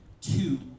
two